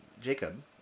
Jacob